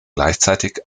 gleichzeitig